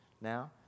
now